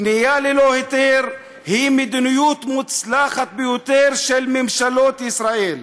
בנייה ללא היתר היא מדיניות מוצלחת ביותר של ממשלות ישראל.